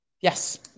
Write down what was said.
yes